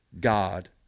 God